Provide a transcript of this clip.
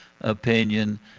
opinion